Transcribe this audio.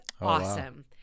awesome